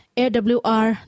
awr